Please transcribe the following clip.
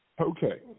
Okay